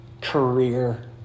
career